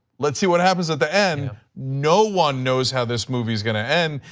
let's see what happens at the end. no one knows how this movie is going to end.